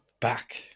back